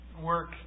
work